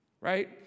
Right